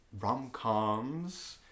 Rom-coms